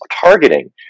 targeting